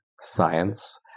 science